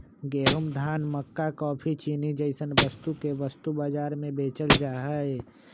गेंहूं, धान, मक्का काफी, चीनी जैसन वस्तु के वस्तु बाजार में बेचल जा हई